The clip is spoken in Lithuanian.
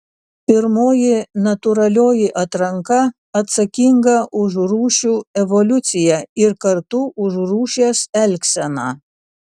pirmoji natūralioji atranka atsakinga už rūšių evoliuciją ir kartu už rūšies elgseną